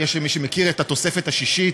למי שמכיר, התוספת השישית,